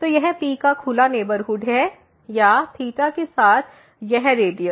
तो यह P का खुला नेबरहुड है या के साथ यह रेडियस